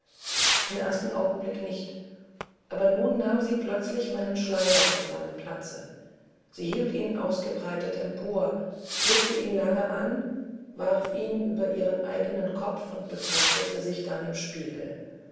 im ersten augenblick nicht aber nun nahm sie plötzlich meinen schleier von seinem platze sie hielt ihn ausgebreitet empor blickte ihn lange an warf ihn über ihren eigenen kopf und betrachtete sich dann im spiegel